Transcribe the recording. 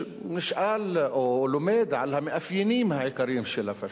הוא נשאל או לומד על המאפיינים העיקריים של הפאשיזם.